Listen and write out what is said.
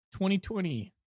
2020